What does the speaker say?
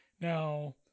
Now